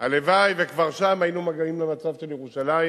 הלוואי ששם כבר היינו מגיעים למצב של ירושלים.